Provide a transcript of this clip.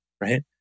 right